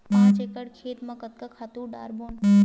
पांच एकड़ खेत म कतका खातु डारबोन?